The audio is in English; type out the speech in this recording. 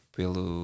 pelo